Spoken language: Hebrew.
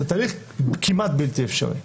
זה תהליך כמעט בלתי אפשרי.